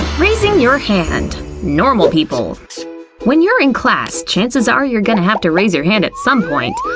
raising your hand normal people when you're in class, chances are, you're gonna have to raise your hand at some point.